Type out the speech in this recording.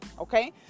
Okay